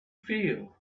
feel